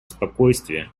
спокойствие